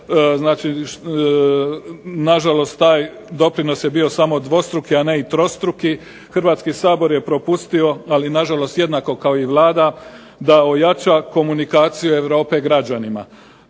znači na žalost taj doprinos je bio samo dvostruki, a ne i trostruki. Hrvatski sabor je propustio, ali na žalost jednako kao i Vlada da ojača komunikaciju Europe građanima.